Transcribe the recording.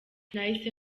nahise